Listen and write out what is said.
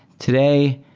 today,